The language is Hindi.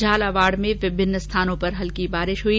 झालावाड़ में विभिन्न स्थानों पर हल्की बारिश हुई